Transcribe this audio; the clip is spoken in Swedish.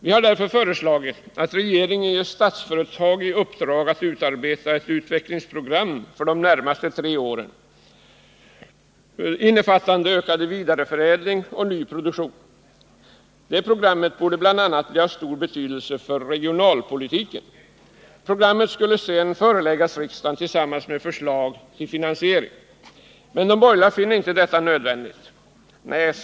Vi har därför föreslagit att regeringen ger Statsföretag i uppdrag att utarbeta ett utvecklingsprogram för de närmaste tre åren, innefattande ökad vidareförädling och ny produktion. Detta program borde bli av stor betydelse bl.a. för regionalpolitiken. Programmet skulle sedan föreläggas riksdagen tillsammans med förslag till finansiering. Men de borgerliga finner inte detta nödvändigt.